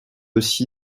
aussi